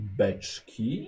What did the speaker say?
beczki